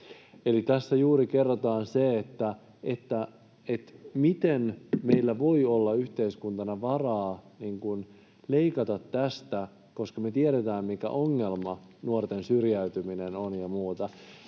tässä juuri kerrotaan se, että miten meillä voi olla yhteiskuntana varaa leikata tästä, koska me tiedetään, mikä ongelma nuorten syrjäytyminen on ja muuta.